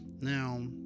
Now